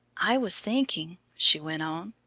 i was thinking, she went on,